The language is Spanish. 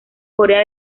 corea